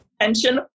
attention